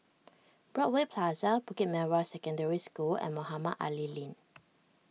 Broadway Plaza Bukit Merah Secondary School and Mohamed Ali Lane